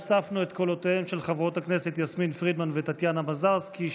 הוספנו את קולותיהן של חברות הכנסת יסמין פרידמן וטטיאנה מזרסקי,